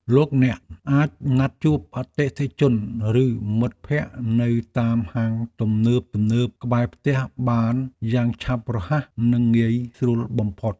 លោកអ្នកអាចណាត់ជួបអតិថិជនឬមិត្តភក្តិនៅតាមហាងទំនើបៗក្បែរផ្ទះបានយ៉ាងឆាប់រហ័សនិងងាយស្រួលបំផុត។